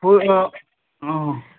ꯍꯣꯏ ꯑꯥ